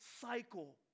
cycle